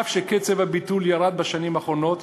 אף שקצב הביטול ירד בשנים האחרונות,